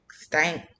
stank